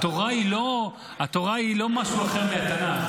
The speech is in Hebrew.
התורה היא לא משהו אחר מהתנ"ך.